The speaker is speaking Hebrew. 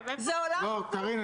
זה עולם הפוך ----- קארין,